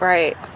Right